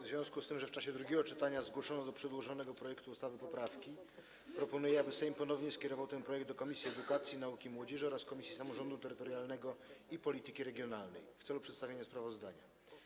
W związku z tym, że w czasie drugiego czytania zgłoszono do przedłożonego projektu ustawy poprawki, proponuję, aby Sejm ponownie skierował ten projekt do Komisji Edukacji, Nauki i Młodzieży oraz do Komisji Samorządu Terytorialnego i Polityki Regionalnej w celu przedstawienia sprawozdania.